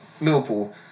Liverpool